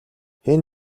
хэн